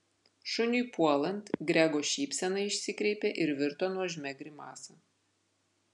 šuniui puolant grego šypsena išsikreipė ir virto nuožmia grimasa